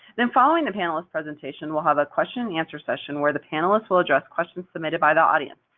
then following the panelists' presentation, we'll have a question and answer session where the panelists will address questions submitted by the audience.